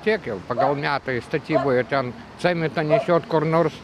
tiek jau pagal metai statyboje ten cementą nešiot kur nors